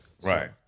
Right